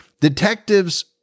Detectives